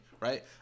right